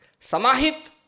Samahit